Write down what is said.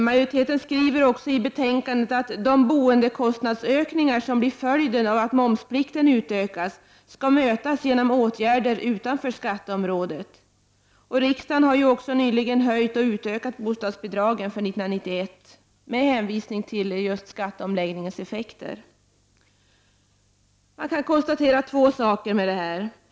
I betänkandet skriver majoriteten att de boendekostnadsökningar som blir följden av att momsplikten utökas skall mötas genom åtgärder utanför skatteområdet. Riksdagen har också nyligen höjt och utökat bostadsbidragen för 1991, med hänvisning till just skatteomläggningens effekter. Man kan konstatera två saker.